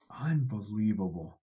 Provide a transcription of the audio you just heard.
Unbelievable